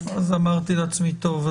אז אמרתי לעצמי: טוב,